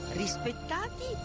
rispettati